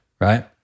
right